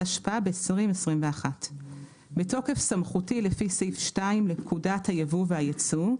התשפ"ב 2021. בתוקף סמכותי לפי סעיף 2 לפקודת היבוא והיצוא ,